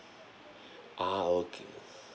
ah okay